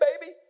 baby